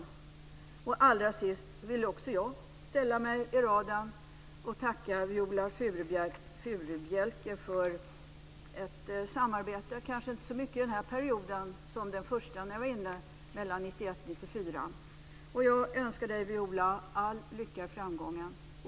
Allra sist vill också jag ställa mig i raden och tacka Viola Furubjelke för samarbetet, kanske inte så mycket den här perioden som den första jag satt i riksdagen, mellan 1991 och 1994. Jag önskar dig, Viola, all lycka och framgång.